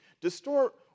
distort